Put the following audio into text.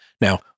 now